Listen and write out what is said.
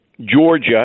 Georgia